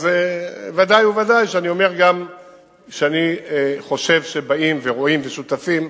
אז ודאי וודאי שאני אומר גם שאני חושב שבאים ורואים ושותפים,